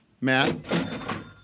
Matt